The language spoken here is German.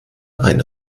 ein